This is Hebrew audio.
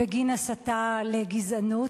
בגין הסתה לגזענות.